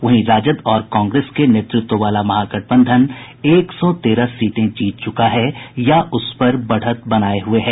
वहीं राजद और कांग्रेस के नेतृत्व वाला महागठबंधन एक सौ तेरह सीटें जीत चुका है या उसपर बढ़त बनाये हुए हैं